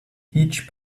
each